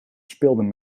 speelden